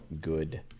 good